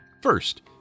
First